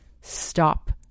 Stop